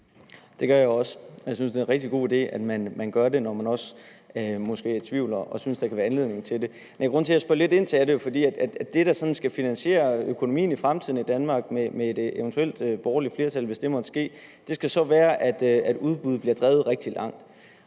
Jeg synes, det er en rigtig god idé, at man gør det, når man også måske er i tvivl og synes, at der kan være anledning til det. Men grunden til, at jeg spørger lidt ind til det her, er jo, at det, der sådan skal finansiere økonomien i fremtiden i Danmark med et eventuelt borgerligt flertal, hvis det måtte ske, så skal være, at udbuddet bliver drevet rigtig langt.